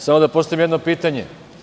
Samo da postavim jedno pitanje.